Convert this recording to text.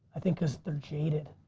i think cause they're jaded.